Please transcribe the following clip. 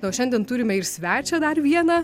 na o šiandien turime ir svečią dar vieną